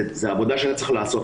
זה עבודה שצריך לעשות.